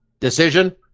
Decision